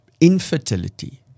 infertility